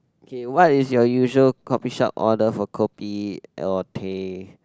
okay what is your usual coffee shop order for kopi or teh